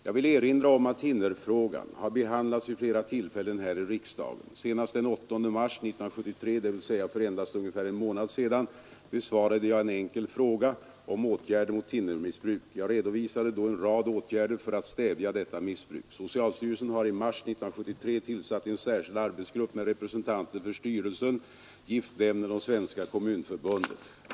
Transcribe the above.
Jag vill erinra om att thinnerfrågan har behandlats vid flera tillfällen här i riksdagen. Senast den 8 mars 1973, dvs. för endast ungefär en månad sedan, besvarade jag en enkel fråga om åtgärder mot thinnermissbruk. Jag redovisade då en rad åtgärder för att stävja detta missbruk. Socialstyrelsen har i mars 1973 tillsatt en särskild arbetsgrupp med representanter för styrelsen, giftnämnden och Svenska kommunförbundet.